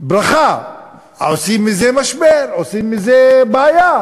ברכה, עושים מזה משבר, עושים מזה בעיה.